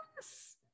yes